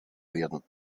werden